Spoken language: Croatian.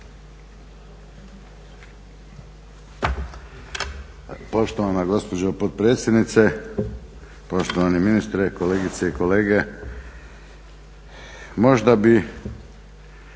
Poštovana gospođo potpredsjednice, poštovani ministre, kolegice i kolege. Možda bi